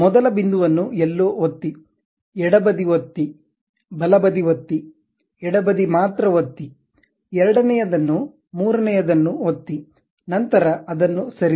ಮೊದಲ ಬಿಂದುವನ್ನು ಎಲ್ಲೋ ಒತ್ತಿ ಎಡಬದಿ ಒತ್ತಿ ಬಲಬದಿ ಒತ್ತಿ ಎಡಬದಿ ಮಾತ್ರ ಒತ್ತಿ ಎರಡನೆಯದನ್ನು ಮೂರನೆಯದನ್ನು ಒತ್ತಿ ನಂತರ ಅದನ್ನು ಸರಿಸಿ